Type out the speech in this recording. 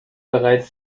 bereits